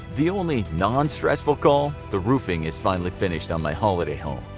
the only non-stressful call. the roofing is finally finished on my holiday home.